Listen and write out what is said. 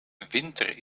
winter